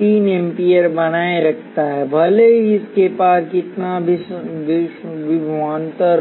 3 ampere बनाए रखता है भले ही इसके पार कितना भी विभवांतर हो